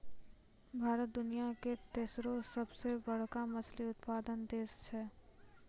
भारत दुनिया के तेसरो सभ से बड़का मछली उत्पादक देश छै